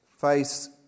face